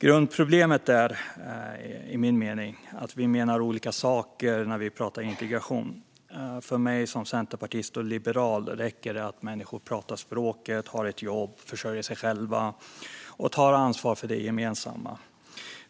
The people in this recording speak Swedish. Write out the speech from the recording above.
Grundproblemet är enligt min mening att vi menar olika saker när vi pratar om integration. För mig som centerpartist och liberal räcker det att människor pratar språket, har ett jobb, försörjer sig själva och tar ansvar för det gemensamma.